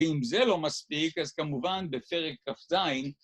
‫ואם זה לא מספיק, ‫אז כמובן בפרק כ"ז...